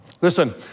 Listen